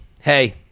Hey